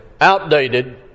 outdated